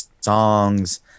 songs